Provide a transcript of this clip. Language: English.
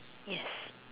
yes